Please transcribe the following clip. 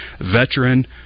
veteran